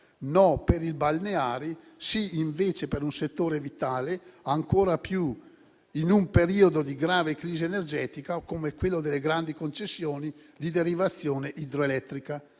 no per il balneari; sì invece per un settore vitale, ancora più in un periodo di grave crisi energetica, come quello delle grandi concessioni di derivazione idroelettrica.